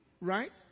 right